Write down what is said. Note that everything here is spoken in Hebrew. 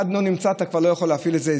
אם אחד לא נמצא, אתה כבר לא יכול להפעיל את זה.